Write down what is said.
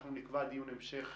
ואנחנו נקבע דיון המשך